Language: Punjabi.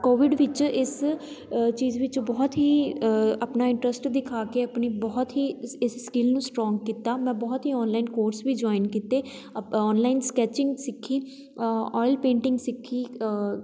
ਕੋਵਿਡ ਵਿੱਚ ਇਸ ਚੀਜ਼ ਵਿੱਚ ਬਹੁਤ ਹੀ ਆਪਣਾ ਇੰਟਰਸਟ ਦਿਖਾ ਕੇ ਆਪਣੀ ਬਹੁਤ ਹੀ ਇਸ ਇਸ ਸਕਿੱਲ ਨੂੰ ਸਟਰੋਂਗ ਕੀਤਾ ਮੈਂ ਬਹੁਤ ਹੀ ਔਨਲਾਈਨ ਕੋਰਸ ਵੀ ਜੁਆਇਨ ਕੀਤੇ ਅਪ ਔਨਲਾਈਨ ਸਕੈਚਿੰਗ ਸਿੱਖੀ ਓਇਲ ਪੇਂਟਿੰਗ ਸਿੱਖੀ